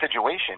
situation